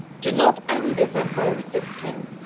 do not anger them by resisting.